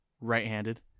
right-handed